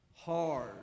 hard